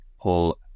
pull